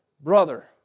Brother